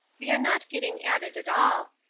we are not getting at it at all.